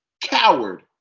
coward